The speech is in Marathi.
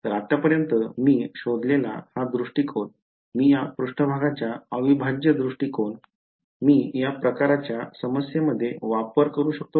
तर आतापर्यंत मी शोधलेला हा दृष्टीकोन मी या पृष्ठभागाचा अविभाज्य दृष्टीकोन मी या प्रकारच्या समस्येमध्ये वापर करु शकतो का